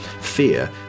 Fear